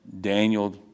Daniel